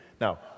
Now